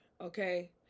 Okay